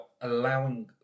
allowing